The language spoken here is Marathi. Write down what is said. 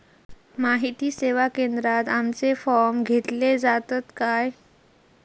माहिती सेवा केंद्रात आमचे फॉर्म घेतले जातात काय?